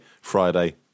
Friday